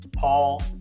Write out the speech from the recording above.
Paul